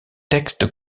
textes